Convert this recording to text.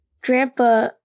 grandpa